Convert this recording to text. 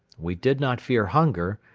we did not fear hunger,